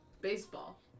baseball